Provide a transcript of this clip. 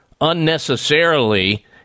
unnecessarily